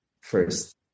first